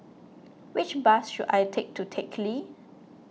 which bus should I take to Teck Lee